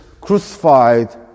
crucified